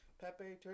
Pepe